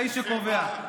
לאיש שקובע.